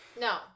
No